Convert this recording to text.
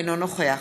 אינו נוכח